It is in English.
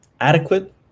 adequate